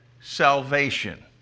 salvation